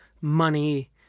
money